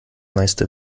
meiste